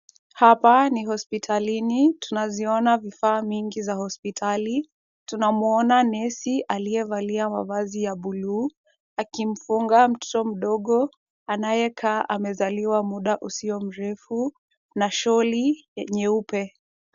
Hapa ni hospitalini. Tunaziona vifaa mingi za hospitali. Tunamwona nesi aliyevalia mavazi ya buluu akimfunga mtoto mdogo anayekaa amezaliwa muda usio mrefu na shawl nyeupe.